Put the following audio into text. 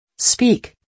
Speak